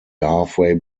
halfway